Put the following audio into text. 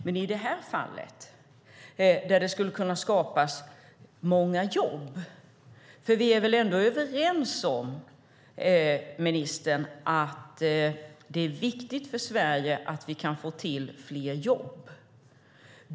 Men i detta fall skulle det kunna skapas många jobb. För vi är väl ändå överens om, ministern, att det är viktigt för Sverige att vi kan få till fler jobb?